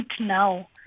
now